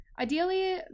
Ideally